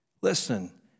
Listen